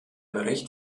bericht